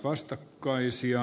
kannatan